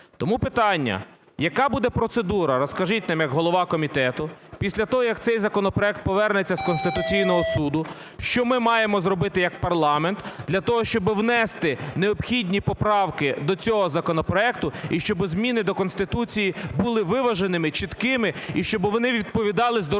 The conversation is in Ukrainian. Тому питання: яка буде процедура, розкажіть нам як голова комітету, після того, як цей законопроект повернеться з Конституційного Суду? Що ми маємо зробити як парламент для того, щоб внести необхідні поправки до цього законопроекту і щоб зміни до Конституції були виваженими, чіткими і щоб вони відповідали здоровому